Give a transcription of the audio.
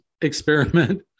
experiment